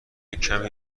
کمی